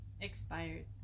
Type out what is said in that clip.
expired